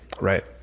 right